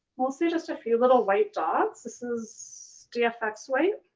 mostly just a few little white dots. this is dfx white.